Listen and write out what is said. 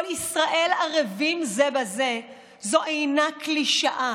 "כל ישראל ערבים זה לזה" זו אינה קלישאה,